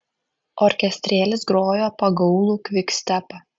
orkestrėlis grojo pagaulų kvikstepą